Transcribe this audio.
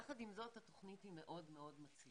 יחד עם זאת התוכנית היא מאוד מאוד מצליחה